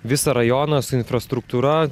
visą rajoną su infrastruktūra